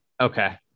Okay